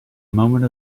moment